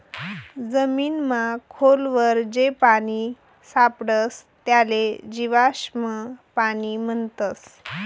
जमीनमा खोल वर जे पानी सापडस त्याले जीवाश्म पाणी म्हणतस